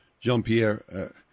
Jean-Pierre